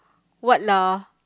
what lah